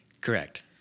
Correct